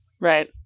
Right